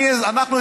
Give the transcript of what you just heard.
אנחנו,